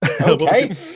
Okay